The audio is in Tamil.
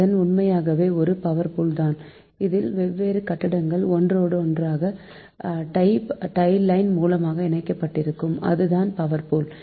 இது உண்மையாகவே ஒரு பவர் பூல் தான் இதில் வெவ்வேறு கட்டங்கள் ஒன்றோடொன்று டை லைன் மூலமாக இணைக்கப்பட்டிருக்கும் அதுதான் பவர் பூல்